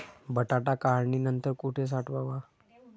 बटाटा काढणी नंतर कुठे साठवावा?